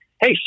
Hey